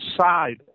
side